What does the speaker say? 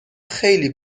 خیلی